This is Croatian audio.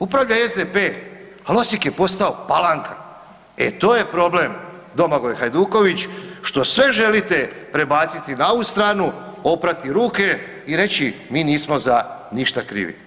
Upravlja SDP, al Osijek je postao Palanka, e to je problem Domagoj Hajduković što sve želite prebaciti na ovu stranu, oprati ruke i reći mi nismo za ništa krivi.